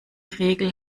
regel